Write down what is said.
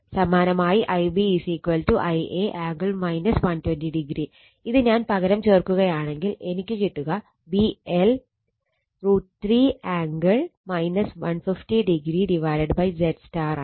സമാനമായി Ib Ia angle 120o ഇത് ഞാൻ പകരം ചേർക്കുകയാണെങ്കിൽ എനിക്ക് കിട്ടുക VL √ 3 ആംഗിൾ 150o ZY എന്നാണ്